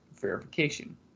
verification